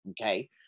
okay